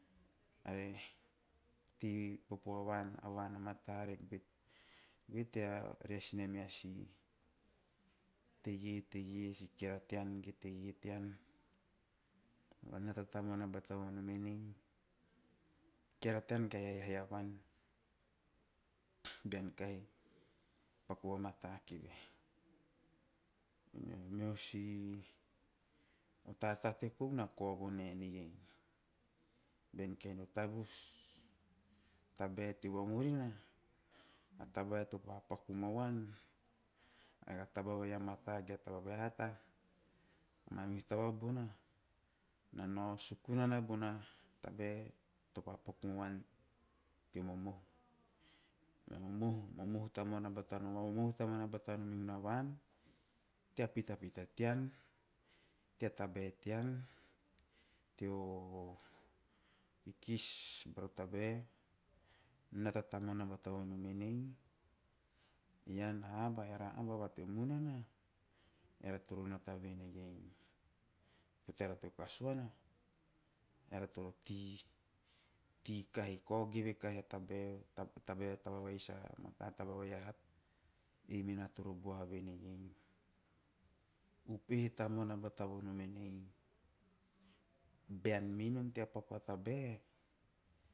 Are tei popo vamata, are goe tea reas nea meha si tere a si keara tean ge a teie. Nata tamuana bata vonom en keara tean kahu haihai u van. O meho si tatate kou na kao vonenei tavus tabae teo vamurina, a tabae topa paku mau an tea mate ge a taba vai a hata na nao suku nana bona tabae topa paku mau au. Va momohu tamuana batanom e hunavan tea pitapita tean tea tabae teo kikis bara teo tabae. Eara aba eara aba va tea munana, eara toro nata venei eara toro tei, kao geve kahi a tabae a taba vai sa mata hana. Ei mena toro boha venei upehe tamuana batom bean mei nom tea paku a tabae,